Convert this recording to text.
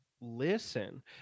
listen